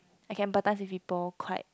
I can empathise with people quite